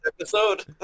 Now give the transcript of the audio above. episode